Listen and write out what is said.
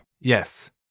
Yes